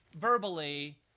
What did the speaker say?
verbally